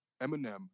Eminem